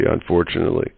unfortunately